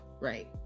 Right